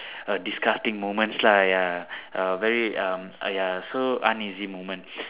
err disgusting moments lah ya err very um uh ya so uneasy moments